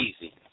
easy